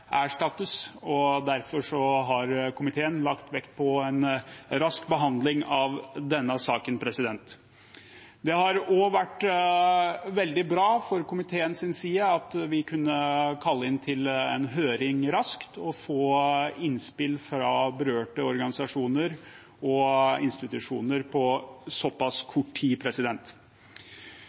og derfor har komiteen lagt vekt på en rask behandling av denne saken. Det har også vært veldig bra for komiteen at vi kunne kalle inn til en høring raskt og få innspill fra berørte organisasjoner og institusjoner på såpass kort tid.